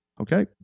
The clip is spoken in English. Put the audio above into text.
Okay